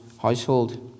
household